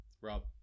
Rob